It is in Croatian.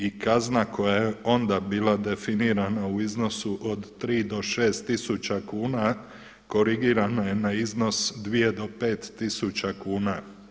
I kazna koja je onda bila definirana u iznosu od 3 do 6000 kuna korigirana je na iznos 2 do 5000 kuna.